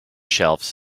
shelves